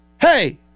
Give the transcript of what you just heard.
hey